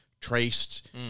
traced